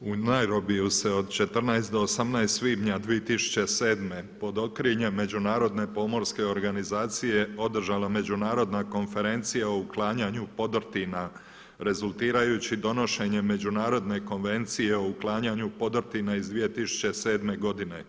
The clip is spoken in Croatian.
u Nairobiju se od 14. do 18. svibnja 2007. pod okriljem Međunarodne pomorske organizacije održala međunarodna konferencija o uklanjanju podrtina rezultirajući donošenjem Međunarodne konvencije o uklanjanju podrtina iz 2007. godine.